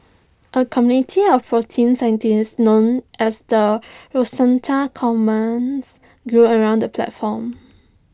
A community of protein scientists known as the Rosetta Commons grew around the platform